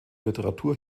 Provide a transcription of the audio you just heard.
literatur